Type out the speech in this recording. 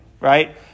right